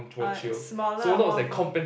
err smaller amount of